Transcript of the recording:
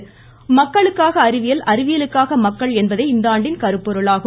மக்களுக்காக அறிவியல் அறிவியலுக்காக மக்கள் என்பதே இந்தாண்டின் கருப்பொருளாகும்